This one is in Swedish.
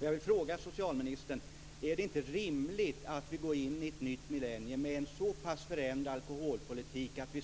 Jag vill fråga socialministern: Är det inte rimligt att vi går in i ett nytt millennium med en så pass förändrad alkoholpolitik att vi